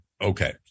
okay